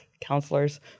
counselors